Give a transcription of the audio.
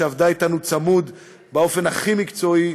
שעבדה אתנו צמוד באופן הכי מקצועי,